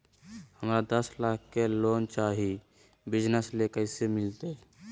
हमरा दस लाख के लोन चाही बिजनस ले, कैसे मिलते?